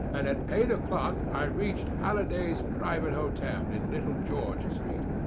and at eight o'clock i reached halliday's private hotel, in little george street.